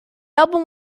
album